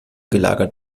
gelagert